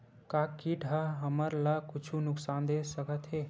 का कीट ह हमन ला कुछु नुकसान दे सकत हे?